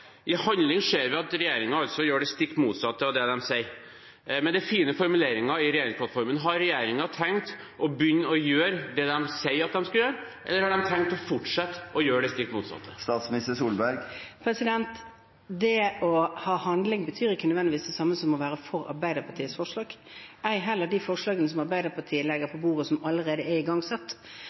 I handling ser vi altså at regjeringen gjør det stikk motsatte av det den sier. Men det er fine formuleringer i regjeringsplattformen. Har regjeringen tenkt å begynne å gjøre det den sier at den skal gjøre, eller har den tenkt å fortsette å gjøre det stikk motsatte? Handling betyr ikke nødvendigvis det samme som å være for Arbeiderpartiets forslag, ei heller de forslagene som Arbeiderpartiet legger på bordet som allerede er igangsatt,